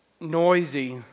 noisy